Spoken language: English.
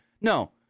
No